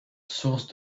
source